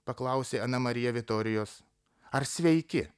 paklausė ana marija vitorijos ar sveiki